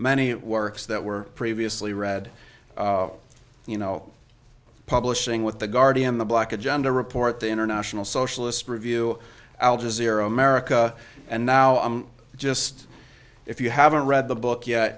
it works that were previously read you know publishing with the guardian the black agenda report the international socialist review al jazeera america and now i'm just if you haven't read the book yet